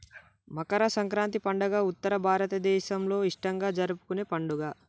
మకర సంక్రాతి పండుగ ఉత్తర భారతదేసంలో ఇష్టంగా జరుపుకునే పండుగ